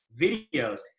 videos